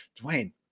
Dwayne